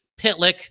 Pitlick